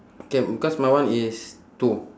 K because my one is two